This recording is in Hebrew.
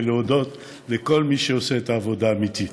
להודות לכל מי שעושה את העבודה האמיתית,